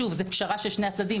זו פשרה של שני הצדדים.